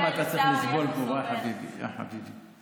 כמה אתה צריך לסבול פה, יא חביבי, יא חביבי.